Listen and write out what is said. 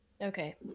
Okay